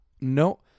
No